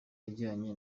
yajyanye